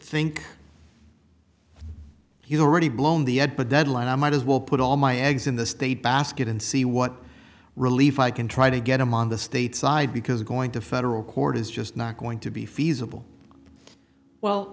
think he already blown the ed but deadline i might as well put all my eggs in the state basket and see what relief i can try to get them on the state side because going to federal court is just not going to be feasible well